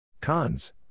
Cons